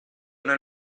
nel